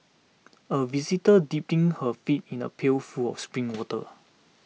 a visitor dipping her feet in a pail full of spring water